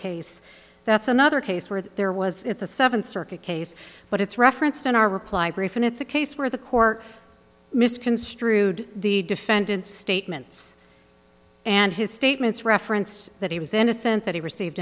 case that's another case where there was it's a seventh circuit case but it's referenced in our reply brief and it's a case where the court misconstrued the defendant's statements and his statements reference that he was in a sense that he received